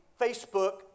Facebook